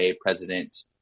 president